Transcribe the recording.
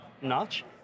notch